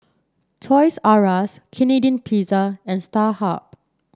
Toys R Us Canadian Pizza and Starhub